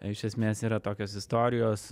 iš esmės yra tokios istorijos